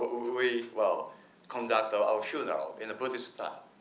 we will conduct our funeral in a buddhist style.